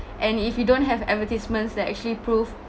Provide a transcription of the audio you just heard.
and if you don't have advertisements that actually prove